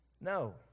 No